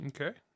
Okay